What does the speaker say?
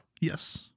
Yes